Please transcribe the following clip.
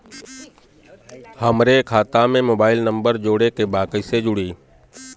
हमारे खाता मे मोबाइल नम्बर जोड़े के बा कैसे जुड़ी?